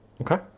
Okay